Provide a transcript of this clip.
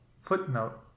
Footnote